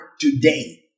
today